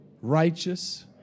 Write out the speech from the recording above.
righteous